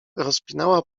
rozpinała